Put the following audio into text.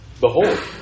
Behold